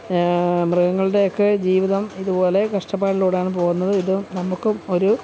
മൃഗങ്ങളുടെയൊക്കെ ജീവിതം ഇതുപോലെ കഷ്ടപ്പാടിലൂടെയാണ് പോകുന്നത് ഇതും നമുക്കും ഒരു